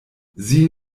sieh